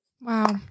Wow